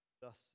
thus